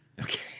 Okay